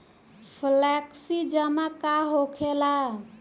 Flexi जमा का होखेला?